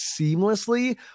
seamlessly